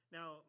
Now